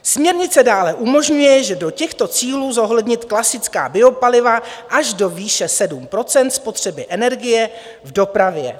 Směrnice dále umožňuje, že do těchto cílů lze zohlednit klasická biopaliva až do výše 7 % spotřeby energie v dopravě.